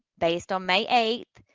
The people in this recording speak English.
based on may eighth,